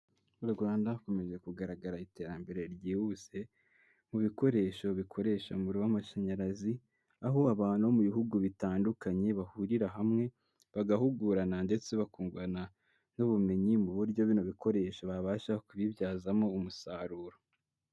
Mu Rwanda hakomeje kugaragara iterambere ryihuse mu bikoresho bikoresha umuriro w'amashanyarazi aho abantu bo mu bihugu bitandukanye bahurira hamwe bagahugurana ndetse bakungurana n'ubumenyi mu buryo bino bikoresho babasha kubibyazamo umusaruro.